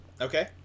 Okay